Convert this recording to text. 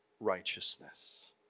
Righteousness